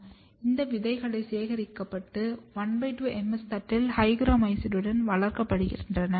இந்த விதைகள் சேகரிக்கப்பட்டு 12 MS தட்டில் ஹைக்ரோமைசினுடன் வளர்க்கப்படுகின்றன